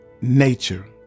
nature